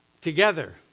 Together